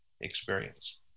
experience